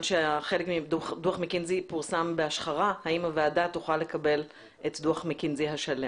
שחלק מדוח מקינזי פורסם בהשחרה תוכל לקבל את דוח מקינזי השלם.